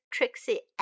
Trixie